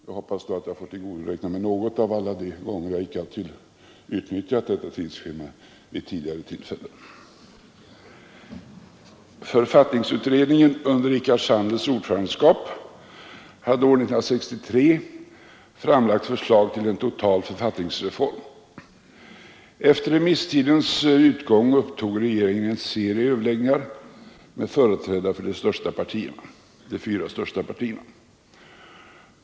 Jag hoppas att jag i så fall får tillgodoräkna mig några av alla de tillfällen då jag icke utnyttjat den tid som varit angiven i tidsschemat. Författningsutredningen under Rickard Sandlers ordförandeskap hade år 1963 framlagt förslag till en total författningsreform. Efter remisstidens utgång upptog regeringen en serie överläggningar med företrädare för de fyra största partierna.